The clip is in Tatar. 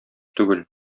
түгел